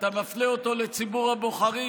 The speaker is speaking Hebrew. אתה מפנה אותו לציבור הבוחרים,